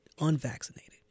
unvaccinated